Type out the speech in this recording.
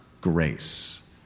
grace